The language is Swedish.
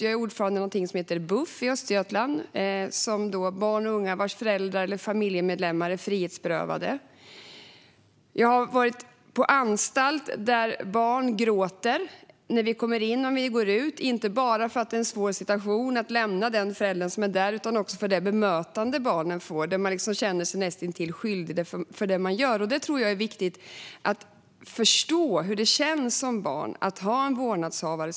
Jag är ordförande i Bufff - Barn och ungdom med förälder/familjemedlem i fängelse. Jag har varit med om att barn gråter när vi går in och går ut från anstalten, inte bara för att det är en svår situation att lämna en förälder på anstalt utan också på grund av det bemötande barnen får där de känner sig näst intill skyldiga. Det är viktigt att förstå hur det känns för ett barn att ha en dömd vårdnadshavare.